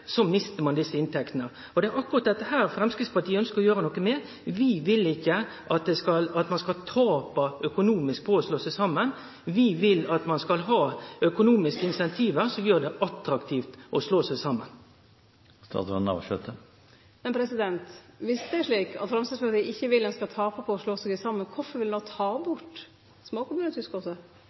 ein desse inntektene. Det er akkurat dette Framstegspartiet ønskjer å gjere noko med. Vi vil ikkje at ein skal tape økonomisk på å slå seg saman, vi vil at ein skal ha økonomiske incentiv som gjer det attraktivt å slå seg saman. Men viss det er slik at Framstegspartiet ikkje vil at ein skal tape på å slå seg saman, kvifor vil ein då ta bort